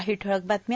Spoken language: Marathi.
काही ठळक बातम्या